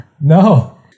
No